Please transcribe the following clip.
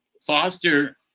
Foster